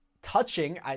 touching